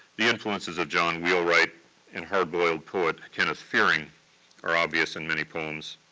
the influences of john wheelwright and hard-boiled poet kenneth fearing are obvious in many poems.